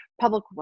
public